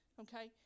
okay